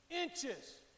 inches